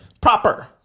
proper